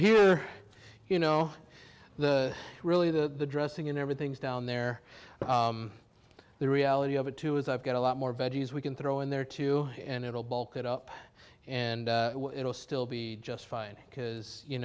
here you know really the dressing and everything's down there the reality of it too is i've got a lot more veggies we can throw in there too and it'll bulk it up and it will still be just fine because you